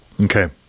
okay